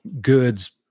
goods